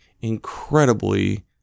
incredibly